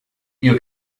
you